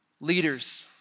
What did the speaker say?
Leaders